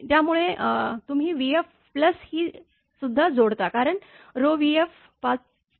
त्यामुळे तुम्ही vf plus ही सुद्धा जोडता कारण rvf 5 पॉईंट साठी आहे